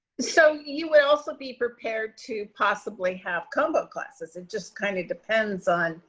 so you would also be prepared to possibly have combo classes. it just kind of depends on,